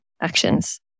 actions